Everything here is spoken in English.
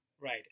Right